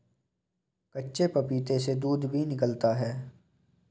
कच्चे पपीते से दूध भी निकलता है